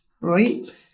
right